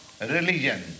religion